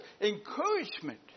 encouragement